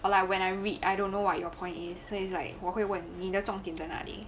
or like when I read I don't know what your point it so its like 我会问你的重点在哪里